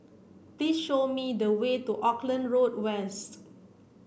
please show me the way to Auckland Road West